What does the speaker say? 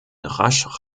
rasch